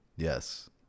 Yes